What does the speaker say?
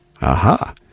Aha